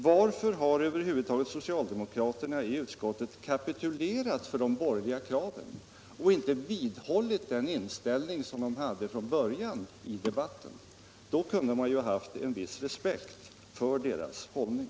Varför har över huvud taget socialdemokraterna i utskottet kapitulerat för de borgerliga kraven och ime vidhållit den inställning som de hade från början av utskottsbehandlingen? Då kunde man ju ha haft en viss respekt för deras hållning.